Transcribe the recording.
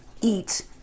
eat